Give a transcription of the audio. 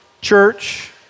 church